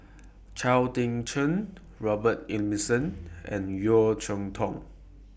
Chao Tzee Cheng Robert Ibbetson and Yeo Cheow Tong